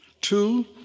Two